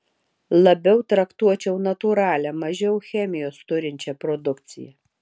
labiau traktuočiau natūralią mažiau chemijos turinčią produkciją